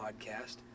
podcast